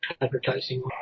advertising